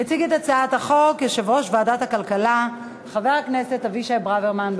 יציג את הצעת החוק יושב-ראש ועדת הכלכלה חבר הכנסת אבישי ברוורמן.